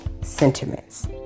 sentiments